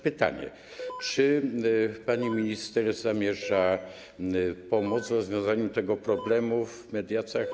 Pytanie: Czy pani minister zamierza pomóc w rozwiązaniu tego problemu, w mediacjach?